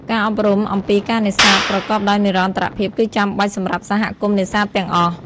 ការអប់រំ អំពីការនេសាទប្រកបដោយនិរន្តរភាពគឺចាំបាច់សម្រាប់សហគមន៍នេសាទទាំងអស់។